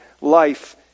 life